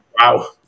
Wow